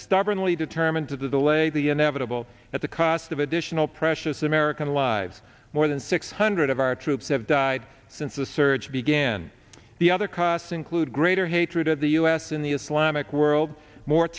stubbornly determined to delay the inevitable at the cost of additional precious american lives more than six hundred of our troops have died since the surge began the other costs include greater hatred of the us in the islamic world more